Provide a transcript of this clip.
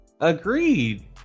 Agreed